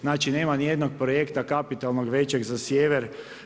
Znači nema ni jednog projekta kapitalnog većeg za sjever.